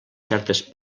certes